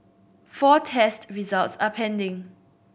four test results are pending